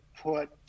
put